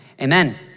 amen